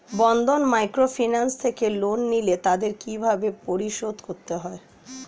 বন্ধন microfinance থেকে loan নিলে তাদের কিভাবে পরিশোধ করতে হয়?